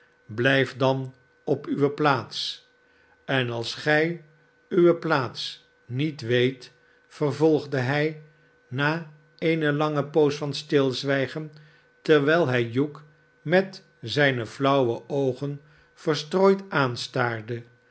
blijf dan op uwe plaats en als gij uwe plaats niet weet vervolgde hij na eene lange poos van stilzwijgen terwijl hij hugh met zijne flauwe oogen verstrooid aanstaarde